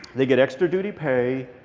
they get extra-duty pay.